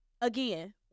Again